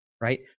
right